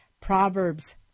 Proverbs